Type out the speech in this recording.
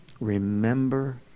Remember